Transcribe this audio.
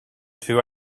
two